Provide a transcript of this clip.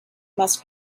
must